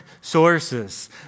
sources